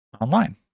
online